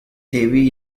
heavily